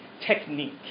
technique